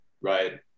Right